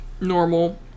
normal